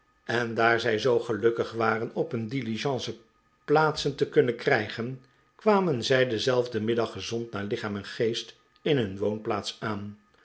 en daar zij zoo gelukkig waren op een diligence plaatsen te kunnen krijgen kwamen zij denzelfden middag gezond naar lichaam en geest in him woonplaats aan